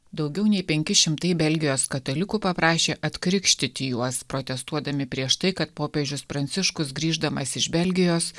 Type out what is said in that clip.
daugiau nei penki šimtai belgijos katalikų paprašė atkrikštyti juos protestuodami prieš tai kad popiežius pranciškus grįždamas iš belgijos